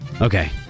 Okay